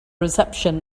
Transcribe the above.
reception